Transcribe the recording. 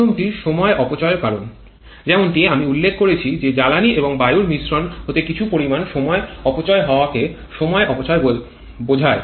প্রথমটি সময় অপচয় এর কারণ যেমনটি আমি উল্লেখ করেছি যে জ্বালানি এবং বায়ুর মিশ্রন হতে কিছু পরিমাণ সময় অপচয় হওয়াকে সময় অপচয় বোঝায়